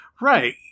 right